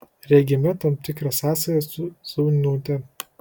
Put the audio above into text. regime tam tikrą sąsają su zauniūte